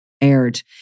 aired